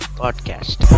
podcast